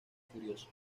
furioso